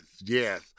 yes